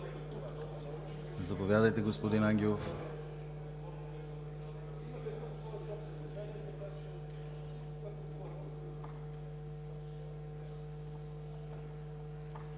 Заповядайте, господин Ангелов.